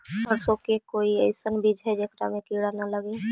सरसों के कोई एइसन बिज है जेकरा में किड़ा न लगे?